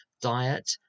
Diet